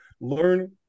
learn